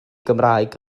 gymraeg